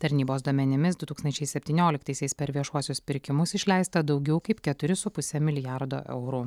tarnybos duomenimis du tūkstančiai septynioliktaisiais per viešuosius pirkimus išleista daugiau kaip keturi su puse milijardo eurų